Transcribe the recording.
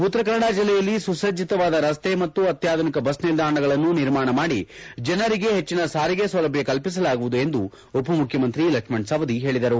ಉತ್ತರ ಕನ್ನಡ ಜಿಲ್ಲೆಯಲ್ಲಿ ಸುಸಜ್ಜಿತವಾದ ರಸ್ತೆ ಮತ್ತು ಅತ್ಯಾಧುನಿಕ ಬಸ್ ನಿಲ್ದಾಣಗಳನ್ನು ನಿರ್ಮಾಣ ಮಾಡಿ ಜನರಿಗೆ ಹೆಚ್ಚಿನ ಸಾರಿಗೆ ಸೌಲಭ್ಯ ಕಲ್ಲಿಸಲಾಗುವುದು ಎಂದು ಉಪಮುಖ್ಯಮಂತ್ರಿ ಲಕ್ಷ್ಮಣ ಸವದಿ ಹೇಳಿದರು